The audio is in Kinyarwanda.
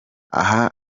aha